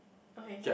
okay